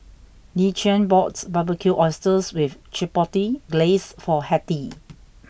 Dequan bought Barbecued Oysters with Chipotle Glaze for Hettie